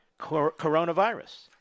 coronavirus